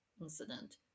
incident